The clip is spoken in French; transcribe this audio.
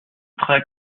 très